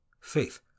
Faith